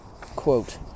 Quote